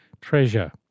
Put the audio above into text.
treasure